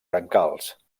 brancals